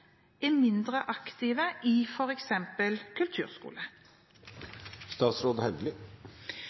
er mindre aktive i